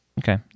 Okay